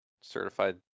certified